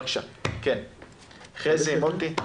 בבקשה, חזי, מוטי.